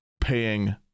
paying